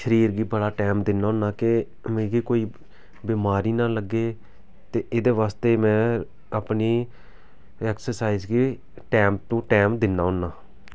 शरीर गी बड़ा टाईम दिन्ना होन्ना के मिगी कोई बिमारी ना लग्गे ते एह्दे वास्ते में अपनी एक्सरसाईज गी टैम टू टैम दिन्ना होन्ना